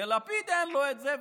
ולפיד, אין לו את זה.